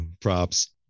Props